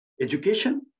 education